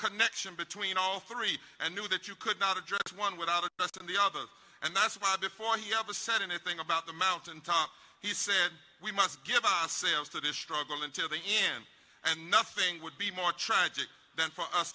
connection between all three and knew that you could not address one without the best and the other and that's why before he ever said anything about the mountaintop he said we must give us a chance to this struggle until the end and nothing would be more tragic than for us